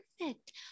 Perfect